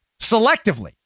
selectively